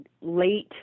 late